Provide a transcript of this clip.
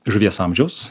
žuvies amžiaus